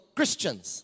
Christians